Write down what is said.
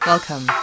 Welcome